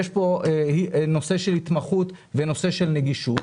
ויש פה נושא של התמחות ונושא של נגישות,